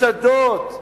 מסעדות,